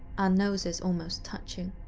and noses almost touching.